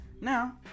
now